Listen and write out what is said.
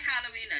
halloween